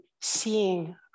seeing